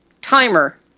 Timer